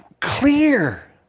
clear